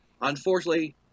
Unfortunately